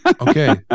Okay